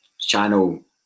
channel